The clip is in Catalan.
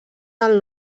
del